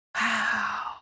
Wow